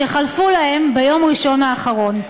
שחלפו להם ביום ראשון האחרון.